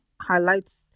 highlights